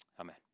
Amen